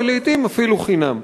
ולעתים אפילו חינם.